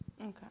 Okay